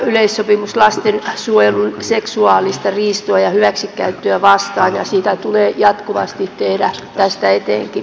yleissopimus on lasten suojeluun seksuaalista riistoa ja hyväksikäyttöä vastaan ja sitä tulee jatkuvasti tehdä tästä eteenkinpäin